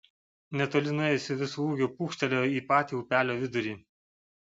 netoli nuėjusi visu ūgiu pūkštelėjo į patį upelio vidurį